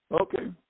Okay